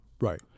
Right